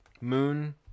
Moon